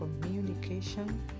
communication